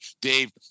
Dave